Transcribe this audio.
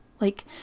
Like